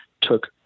took